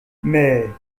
mais